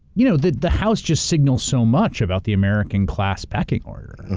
you know, the the house just signals so much about the american class pecking order.